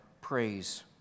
praise